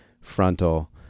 frontal